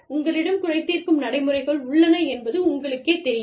உங்களிடம் குறை தீர்க்கும் நடைமுறைகள் உள்ளன என்பது உங்களுக்குத் தெரியும்